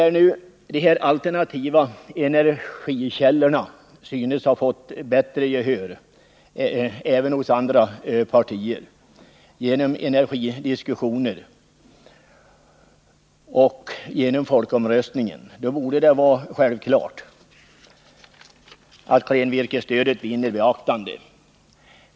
När nu de alternativa energikällorna har börjat intressera även andra partier på grund av energidiskussionen inför folkomröstningen, borde det vara självklart att frågan om klenvirkesstödet på nytt tas upp.